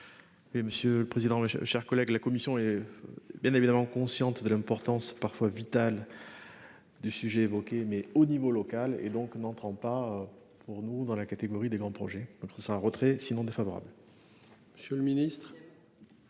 monsieur le président. Chers collègues, la commission. Bien évidemment. Consciente de l'importance parfois vital. Du sujet évoqué mais au niveau local et donc n'entrant pas. Pour nous dans la catégorie des grands projets autres. C'est un retrait sinon défavorable. Monsieur le Ministre.